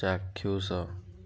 ଚାକ୍ଷୁଷ